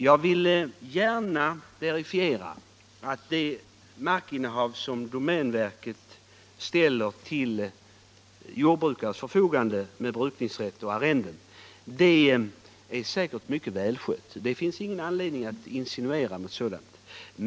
Jag vill gärna verifiera att den mark som domänverket ställer till jordbrukares förfogande med brukningsrätt och mot arrende säkerligen är mycket välskött. Det finns ingen anledning att insinuera något annat.